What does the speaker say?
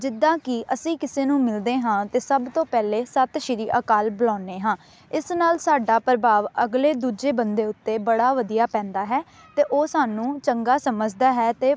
ਜਿੱਦਾਂ ਕਿ ਅਸੀਂ ਕਿਸੇ ਨੂੰ ਮਿਲਦੇ ਹਾਂ ਅਤੇ ਸਭ ਤੋਂ ਪਹਿਲਾ ਸਤਿ ਸ਼੍ਰੀ ਅਕਾਲ ਬੁਲਾਉਂਦੇ ਹਾਂ ਇਸ ਨਾਲ ਸਾਡਾ ਪ੍ਰਭਾਵ ਅਗਲੇ ਦੂਜੇ ਬੰਦੇ ਉੱਤੇ ਬੜਾ ਵਧੀਆ ਪੈਂਦਾ ਹੈ ਅਤੇ ਉਹ ਸਾਨੂੰ ਚੰਗਾ ਸਮਝਦਾ ਹੈ ਅਤੇ